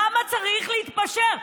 למה צריך להתפשר?